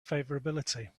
favorability